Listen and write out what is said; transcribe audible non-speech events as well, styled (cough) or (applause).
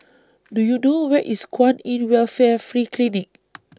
Do YOU know Where IS Kwan in Welfare Free Clinic (noise)